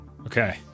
Okay